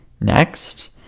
Next